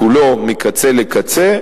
כולו מקצה לקצה,